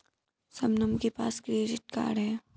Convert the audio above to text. शबनम के पास credit card है